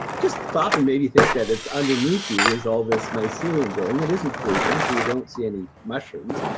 just stop and maybe think that it's underneath you, is all this mycelium growing, that isn't fruiting so you don't see any mushrooms.